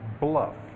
BLUFF